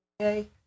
Okay